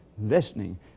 listening